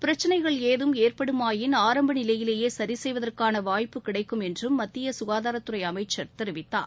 பிரச்சிளைகள் ஏதும் ஏற்படுமாயின் ஆரம்பநிலையிலேயே சி செய்வதற்கான வாய்ப்பு கிடைக்கும் என்றும் மத்திய சுகாதாரத்துறை அமைச்சர் தெரிவித்தார்